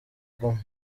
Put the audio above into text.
guma